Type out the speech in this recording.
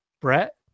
Brett